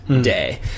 day